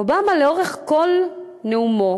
ואובמה, לאורך כל נאומו,